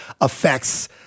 affects